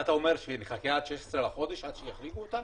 מה אתה אומר שנחכה עד ה-16 לחודש עד שיחריגו אותם?